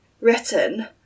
written